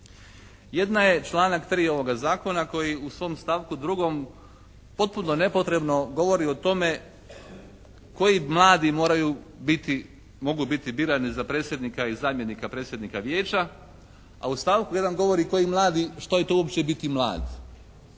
Jedna je članak 3. ovoga zakona koji u svom stavku 2. potpuno nepotrebno govori o tome koji mladi moraju biti, mogu biti birani za predsjednika i zamjenika predsjednika Vijeća a u stavku 1. govori koji mladi, što je to uopće biti mlad